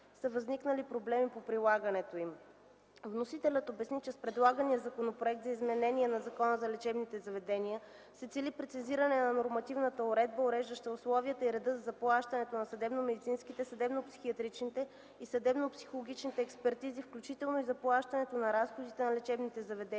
възникнали проблеми по прилагането им. Вносителят обясни, че с предлагания Законопроект за изменение на Закона за лечебните заведения се цели прецизиране на нормативната база, уреждаща условията и реда за заплащането на съдебномедицинските, съдебно-психиатричните и съдебно-психологичните експертизи, включително и заплащането на разходите на лечебните заведения,